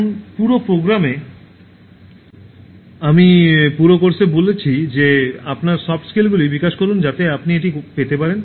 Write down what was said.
এখন পুরো প্রোগ্রামে আমি পুরো কোর্সে বলেছি যে আপনার সফট স্কিলগুলি বিকাশ করুন যাতে আপনি এটি পেতে পারেন